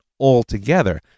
altogether